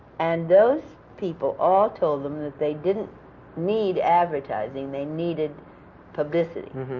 and those people all told them that they didn't need advertising they needed publicity.